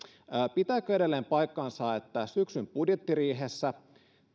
pitääkö edelleen paikkansa että syksyn budjettiriihessä